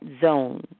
zone